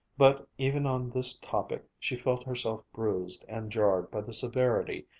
but even on this topic she felt herself bruised and jarred by the severity,